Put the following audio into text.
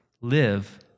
live